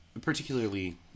particularly